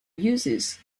uses